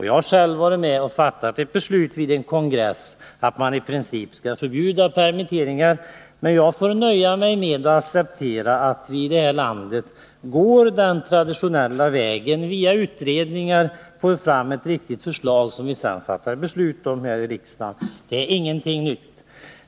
Jag har själv varit med och fattat beslut vid en kongress om att man i princip skall förbjuda permitteringar. Men jag får nöja mig med att acceptera att vi i vårt land går den traditionella vägen. Via utredningar får vi fram ett riktigt förslag som vi sedan kan fatta beslut om här i riksdagen. Det är ingenting nytt.